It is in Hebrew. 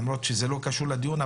למרות שזה לא קשור לדיון,